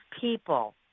people